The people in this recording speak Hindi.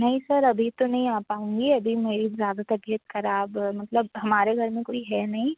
नहीं सर अभी तो नहीं आ पाऊँगी अभी मेरी ज़्यादा तबियत ख़राब मतलब हमारे घर में कोई है नहीं